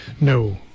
No